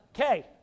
Okay